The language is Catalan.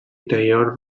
interior